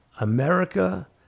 America